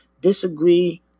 Disagree